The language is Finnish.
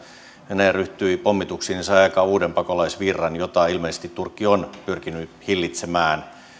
venäjä ryhtyi pommituksiin ja sai aikaan uuden pakolaisvirran jota ilmeisesti turkki on pyrkinyt hillitsemään